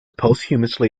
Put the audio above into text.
posthumously